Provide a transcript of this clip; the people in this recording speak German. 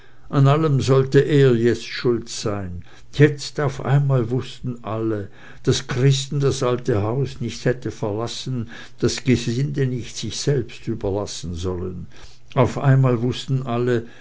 an allem sollte jetzt er schuld sein jetzt auf einmal wußten alle daß christen das alte haus nicht hätte verlassen das gesinde nicht sich selbst überlassen sollen auf einmal wußten alle